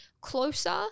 closer